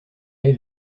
est